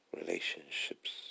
relationships